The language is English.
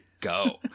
go